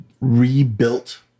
rebuilt